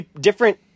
different